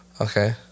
Okay